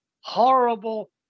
horrible